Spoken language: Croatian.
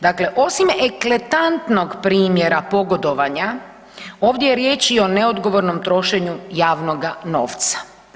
Dakle, osim eklatantnog primjera pogodovanja ovdje je riječ i o neodgovornom trošenju javnoga novca.